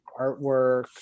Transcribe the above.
artwork